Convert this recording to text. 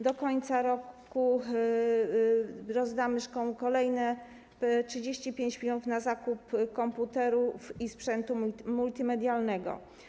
Do końca roku rozdamy szkołom kolejne 35 mln na zakup komputerów i sprzętu multimedialnego.